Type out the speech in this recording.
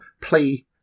play